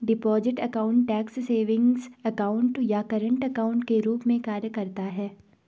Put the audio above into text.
deposit account tax savings account या current account के रूप में कार्य करता है